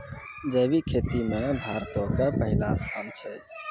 जैविक खेती मे भारतो के पहिला स्थान छै